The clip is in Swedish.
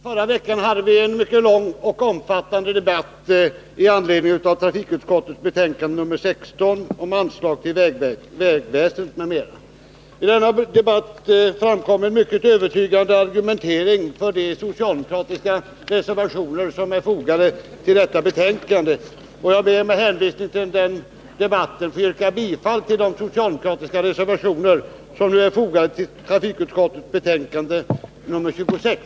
Herr talman! I förra veckan hade vi en mycket lång och omfattande debatt med anledning av trafikutskottets betänkande nr 16 om anslag till vägväsendet m.m. I denna debatt gavs en mycket övertygande argumentering för de socialdemokratiska reservationer som är fogade till detta betänkande. Jag ber med hänvisning till den debatten att få yrka bifall till de socialdemokratiska reservationer som nu är fogade till trafikutskottets betänkande nr 26.